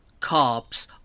Carbs